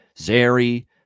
zary